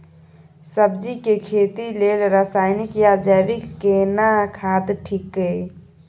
सब्जी के खेती लेल रसायनिक या जैविक केना खाद ठीक ये?